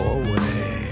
away